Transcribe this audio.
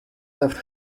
left